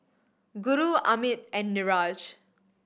Guru Amit and Niraj